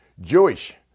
Jewish